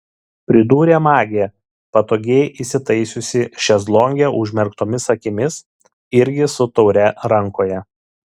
pridūrė magė patogiai įsitaisiusi šezlonge užmerktomis akimis irgi su taure rankoje